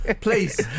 please